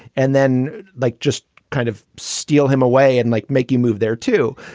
and then like, just kind of steal him away and like, make you move there, too.